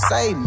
Say